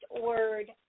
word